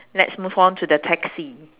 let's move on to the taxi